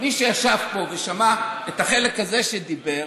ומי שישב פה ושמע את החלק הזה שדיבר,